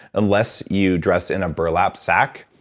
unless you dress in a burlap sack,